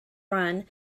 run